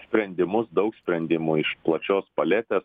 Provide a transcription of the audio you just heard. sprendimus daug sprendimų iš plačios paletės